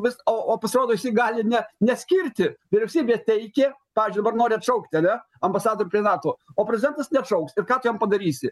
vis o pasirodosi gali ne neskirti vyriausybė teikė pavyzdžiui dabar nori atšaukti ane ambasadų prie nato o prezidentas neatšauks ir ką tu jam padarysi